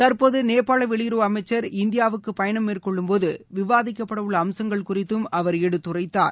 தற்போது நேபாள வெளியுறவு அமைச்சர் இந்தியாவுக்கு பயணம் மேற்கொள்ளும் போது விவாதிக்கப்படவுள்ள அம்சங்கள் குறித்து அவர் எடுத்துரைத்தார்